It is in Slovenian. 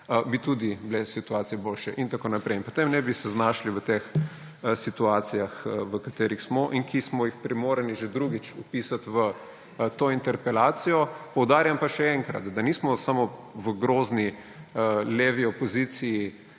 bi tudi bile situacije boljše in tako naprej. In potem ne bi se znašali v teh situacijah, v katerih smo in ki smo jih primorani že drugič vpisati v to interpelacijo. Poudarjam pa še enkrat, da nismo samo v grozni levi opoziciji